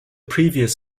previous